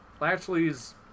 Lashley's